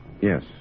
Yes